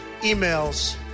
emails